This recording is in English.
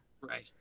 Right